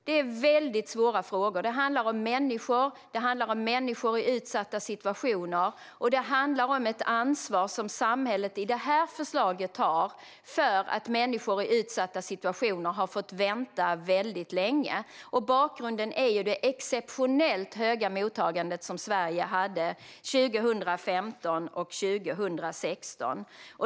Det handlar om människor i utsatta situationer, och det handlar om ett ansvar som samhället genom detta förslag tar för att människor i utsatta situationer har fått vänta väldigt länge. Bakgrunden är det exceptionellt stora mottagande som Sverige hade 2015 och 2016.